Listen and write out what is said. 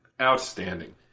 Outstanding